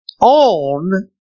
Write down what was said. on